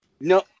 No